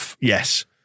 Yes